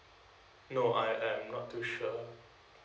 no I'm I'm not too sure